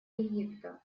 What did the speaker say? египта